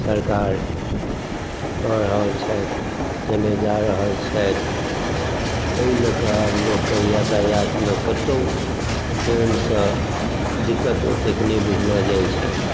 सरकार कऽ रहल छथि कयने जा रहल छथि एहि लऽ कऽ आब लोककेँ यातायातमे कतहुँ ट्रेनसँ दिक्कत ओतेक नहि बुझना जाइत छनि